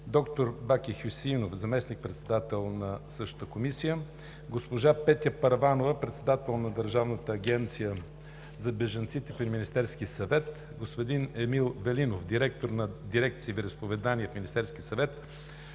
доктор Баки Хюсеинов – заместник-председател на същата комисия, госпожа Петя Първанова – председател на Държавната агенция за бежанците при Министерския съвет, господин Емил Велинов – директор на дирекция „Вероизповедания“ в Министерския съвет,